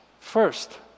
first